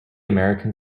american